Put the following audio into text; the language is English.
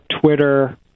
Twitter